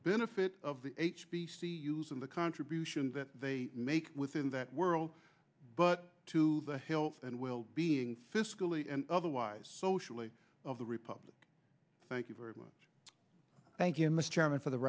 benefit of the h b c use and the contribution that they make within that world but to the health and well being fiscally and otherwise socially of the republic thank you very much thank you